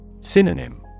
Synonym